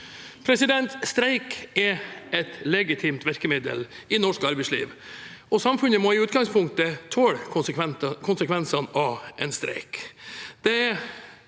Streik er et legitimt virkemiddel i norsk arbeidsliv, og samfunnet må i utgangspunktet tåle konsekvensene av en streik.